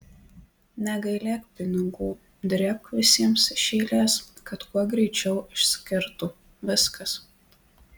negailėk pinigų drėbk visiems iš eilės kad kuo greičiau išskirtų viskas